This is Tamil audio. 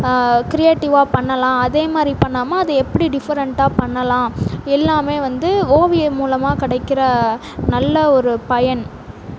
க்ரியேட்டிவ்வாக பண்ணலாம் அதே மாதிரி பண்ணாமல் அதை எப்படி டிஃபரெண்டாக பண்ணலாம் எல்லாமே வந்து ஓவியம் மூலமாக கிடைக்கிற நல்ல ஒரு பயன்